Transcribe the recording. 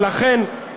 ולכן,